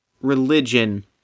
religion